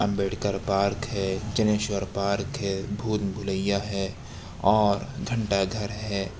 Ambedkar park ہے Janeshwar park ہے بھول بھلیاں ہے اور گھنٹہ گھر ہے